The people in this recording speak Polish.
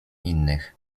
innych